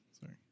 sorry